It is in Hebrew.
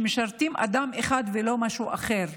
שמשרתים אדם אחד ולא משהו אחר.